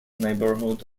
neighborhood